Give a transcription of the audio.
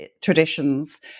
traditions